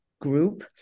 group